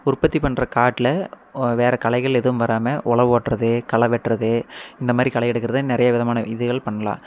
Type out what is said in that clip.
உற்பத்தி பண்ணுற காட்டில் வேறு களைகள் எதுவும் வராமல் உழவு ஓட்டுறது களை வெட்டுறது இந்த மாரி களை எடுக்குறதே நிறைய விதமான இதுகள் பண்ணலாம்